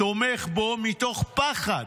תומך בו מתוך פחד.